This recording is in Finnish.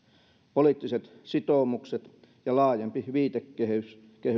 poliittiset sitoumukset ja laajempi viitekehys